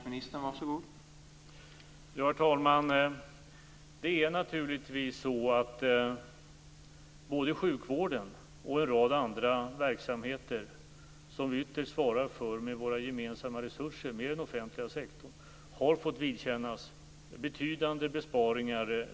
Herr talman! Både sjukvården och en rad andra verksamheter som vi ytterst svarar för med våra gemensamma resurser, med den offentliga sektorn, har fått vidkännas betydande besparingar.